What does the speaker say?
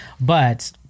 But-